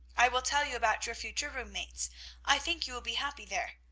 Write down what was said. i will tell you about your future room-mates i think you will be happy there.